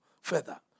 further